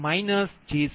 509